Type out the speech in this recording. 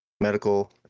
medical